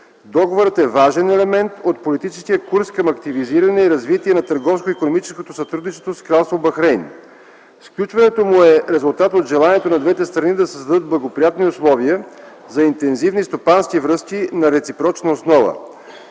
Договорът е важен елемент от политическия курс към активизиране и развитие на търговско-икономическото сътрудничество с Кралство Бахрейн. Сключването му е резултат от желанието на двете страни да създадат благоприятни условия за интензивни стопански връзки на реципрочна основа.